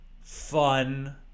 fun